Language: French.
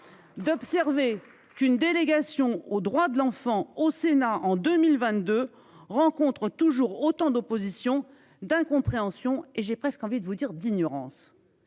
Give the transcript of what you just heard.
D'observer qu'une délégation aux droits de l'enfant au Sénat en 2022 rencontrent toujours autant d'opposition d'incompréhension et j'ai presque envie de vous dire d'ignorance.